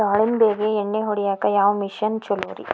ದಾಳಿಂಬಿಗೆ ಎಣ್ಣಿ ಹೊಡಿಯಾಕ ಯಾವ ಮಿಷನ್ ಛಲೋರಿ?